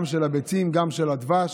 גם של הביצים, גם של דבש.